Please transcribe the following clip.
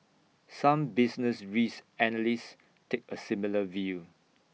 some business risk analysts take A similar view